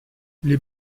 les